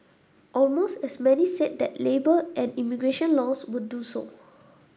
almost as many said that labour and immigration laws would do so